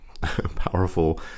powerful